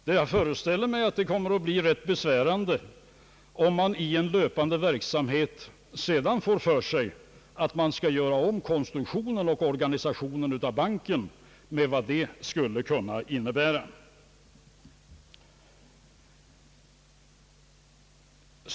Och jag föreställer mig att det kommer att bli ganska besvärligt, om man i en löpande verksamhet sedan får för sig att man skall göra om konstruktionen och organisationen av banken med de konsekvenser detta skulle kunna medföra.